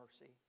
mercy